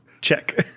Check